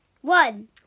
One